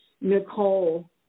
Nicole